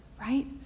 right